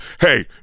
Hey